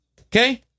Okay